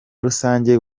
rusange